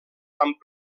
amb